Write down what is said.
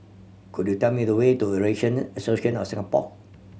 could you tell me the way to Eurasian Association of Singapore